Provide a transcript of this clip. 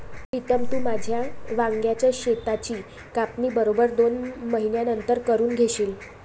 प्रीतम, तू तुझ्या वांग्याच शेताची कापणी बरोबर दोन महिन्यांनंतर करून घेशील